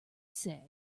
say